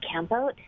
campout